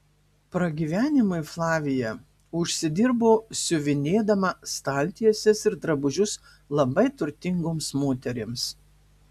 pragyvenimui flavija užsidirbo siuvinėdama staltieses ir drabužius labai turtingoms moterims